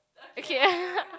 okay